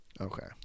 Okay